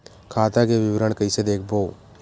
खाता के विवरण कइसे देखबो?